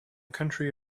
country